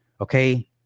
Okay